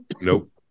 Nope